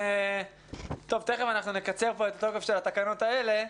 תכף נקצר את תוקף התקנות האלה,